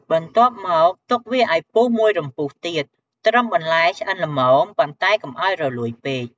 បន្ទាប់មកទុកវាឲ្យពុះមួយរំពុះទៀត ត្រឹមបន្លែឆ្អិនល្មម ប៉ុន្តែកុំឲ្យរលួយពេក។